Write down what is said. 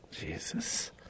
Jesus